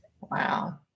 Wow